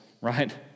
right